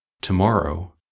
tomorrow